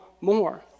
more